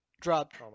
dropped